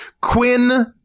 Quinn